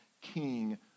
king